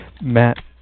Matt